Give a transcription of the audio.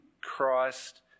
Christ